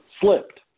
slipped